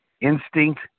instinct